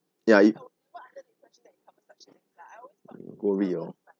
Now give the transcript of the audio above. ya it go read your